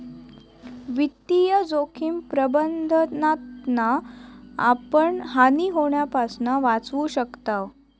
वित्तीय जोखिम प्रबंधनातना आपण हानी होण्यापासना वाचू शकताव